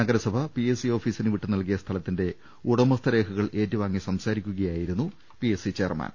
നഗർസഭ PSC ഓഫീസിന് വിട്ട് നൽകിയ സ്ഥലത്തിന്റെ ഉടമസ്ഥ രേഖകൾ ഏറ്റുവാങ്ങി സംസാ രിക്കുകയായിരുന്നു പിഎസ്സി ചെയർമാൻ